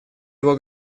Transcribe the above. его